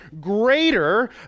greater